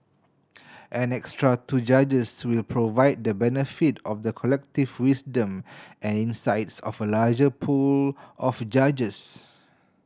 an extra two judges will provide the benefit of the collective wisdom and insights of a larger pool of judges